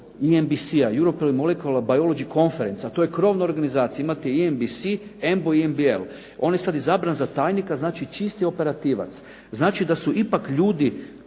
EMBC-a, European molecular biology conference, a to je krovna organizacija, imate EMBC, EMBO I EMBL. On je sad izabran za tajnika, znači čisti operativac. Znači da su ipak ljudi